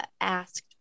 asked